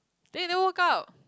then you never workout